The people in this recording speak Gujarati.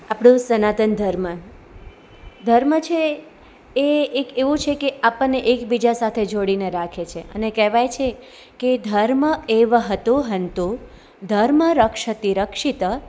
આપણું સનાતન ધર્મ ધર્મ છે એ એક એવું છે કે આપણને એકબીજા સાથે જોડીને રાખે છે અને કહેવાય છે કે ધર્મ એ વહતું હન્તુ ધર્મ રક્ષતે રક્ષીતઃ